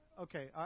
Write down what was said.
Okay